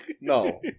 No